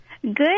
Good